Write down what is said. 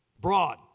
Broad